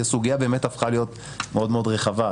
כי הסוגיה באמת הפכה להיות רחבה מאוד.